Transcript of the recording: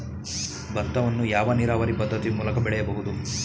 ಭತ್ತವನ್ನು ಯಾವ ನೀರಾವರಿ ಪದ್ಧತಿ ಮೂಲಕ ಬೆಳೆಯಬಹುದು?